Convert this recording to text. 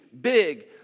big